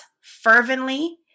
fervently